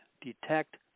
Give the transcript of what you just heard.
detect